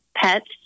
pets